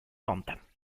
vente